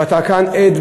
ואתה כאן עד,